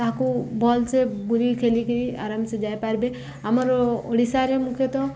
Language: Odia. ତାହାକୁ ଭଲ୍ସେ ବୁଲି ଖେଲିକିରି ଆରାମ୍ସେ ଯାଇପାର୍ବେେ ଆମର ଓଡ଼ିଶାରେ ମୁଖ୍ୟତଃ